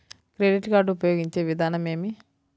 Credit card ఉపయోగించే విధానం ఏమి?